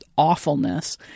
awfulness